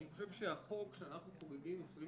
אני חושב שהחוק שאנחנו חוגגים 20